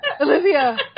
Olivia